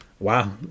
Wow